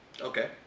Okay